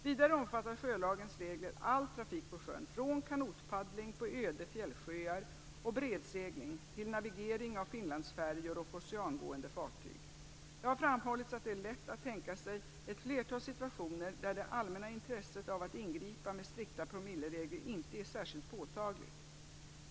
Vidare omfattar sjölagens regler all trafik på sjön från kanotpaddling på öde fjällsjöar och brädsegling till navigering av Finlandsfärjor och oceangående fartyg. Det har framhållits att det är lätt att tänka sig ett flertal situationer där det allmännas intresse av att ingripa med strikta promilleregler inte är särskilt påtagligt.